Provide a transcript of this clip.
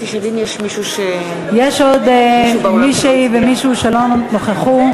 יש עוד מישהו ומישהי באולם שלא נכחו?